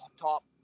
top